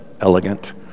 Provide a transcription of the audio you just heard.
elegant